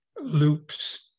loops